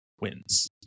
wins